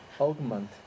Augment